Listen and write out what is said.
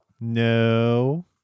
No